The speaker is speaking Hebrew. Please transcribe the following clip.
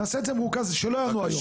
נעשה את זה במרוכז ושלא יענו היום.